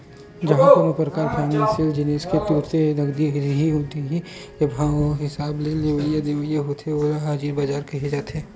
जिहाँ कोनो परकार फाइनेसियल जिनिस के तुरते नगदी उही दिन के भाव के हिसाब ले लेवई देवई होथे ओला हाजिर बजार केहे जाथे